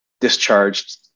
discharged